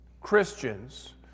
Christians